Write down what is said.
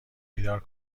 بیدار